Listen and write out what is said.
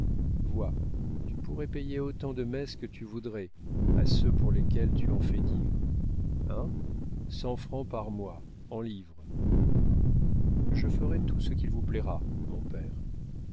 vois tu pourrais payer autant de messes que tu voudrais à ceux pour lesquels tu en fais dire hein cent francs par mois en livres je ferai tout ce qu'il vous plaira mon père